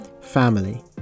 family